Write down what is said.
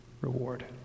reward